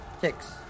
six